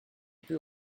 pus